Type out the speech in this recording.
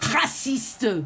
raciste